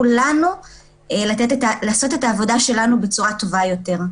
לנו לעשות את העבודה שלנו בצורה טובה יותר.